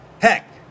Heck